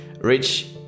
Rich